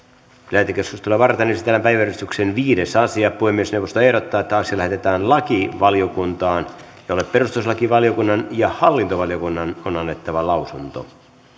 lähetekeskustelua varten esitellään päiväjärjestyksen viides asia puhemiesneuvosto ehdottaa että asia lähetetään lakivaliokuntaan jolle perustuslakivaliokunnan ja hallintovaliokunnan on annettava lausunto